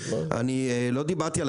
לא, אני לא דיברתי דווקא, אפשר?